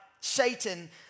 Satan